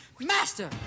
Master